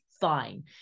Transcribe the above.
fine